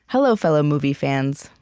hello, fellow movie fans.